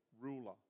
ruler